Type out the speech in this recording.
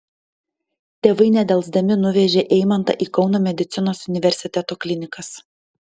tėvai nedelsdami nuvežė eimantą į kauno medicinos universiteto klinikas